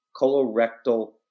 colorectal